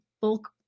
bulk